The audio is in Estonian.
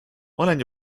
olen